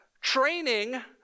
training